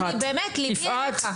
אני באמת ליבי אליך.